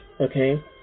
Okay